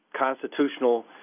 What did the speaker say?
constitutional